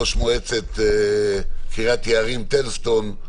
ראש מועצת קריית יערים טלז-סטון,